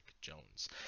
Jones